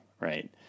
right